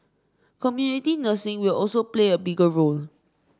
community nursing will also play a bigger role